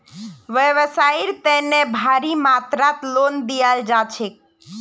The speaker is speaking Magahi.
व्यवसाइर तने भारी मात्रात लोन दियाल जा छेक